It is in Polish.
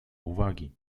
uwagi